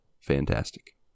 fantastic